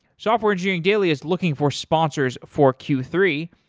software engineering daily is looking for sponsors for q three.